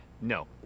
No